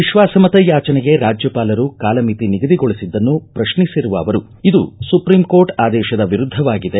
ವಿಶ್ವಾಸಮತ ಯಾಚನೆಗೆ ರಾಜ್ಯಪಾಲರು ಕಾಲಮಿತಿ ನಿಗದಿಗೊಳಿಸಿದ್ದನ್ನು ಪ್ರತ್ನಿಸಿರುವ ಅವರು ಇದು ಸುಪ್ರೀಂ ಕೋರ್ಟ್ ಆದೇಶದ ವಿರುದ್ದವಾಗಿದೆ